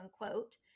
unquote